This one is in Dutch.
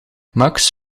max